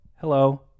hello